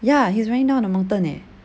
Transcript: ya he was running down on the mountain eh